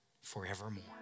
forevermore